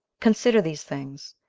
consider these things,